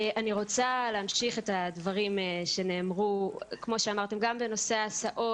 אני רוצה להמשיך את הדברים שנאמרו בנושא ההסעות,